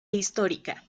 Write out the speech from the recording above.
histórica